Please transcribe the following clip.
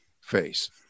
face